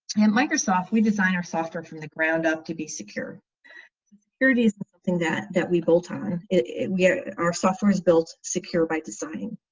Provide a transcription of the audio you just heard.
and microsoft we design our software from the ground up to be secure security is something that that we built on it our our software is built secure by design